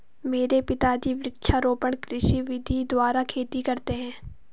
मेरे पिताजी वृक्षारोपण कृषि विधि द्वारा खेती करते हैं